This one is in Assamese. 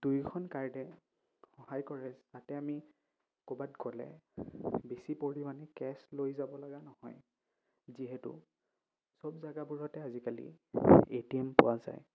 দুয়োখন কাৰ্ডে সহায় কৰে যাতে আমি ক'বাত গ'লে বেছি পৰিমাণে কেছ লৈ যাব লগা নহয় যিহেতু চব জেগাবোৰতে আজিকালি এ টি এম পোৱা যায়